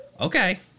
Okay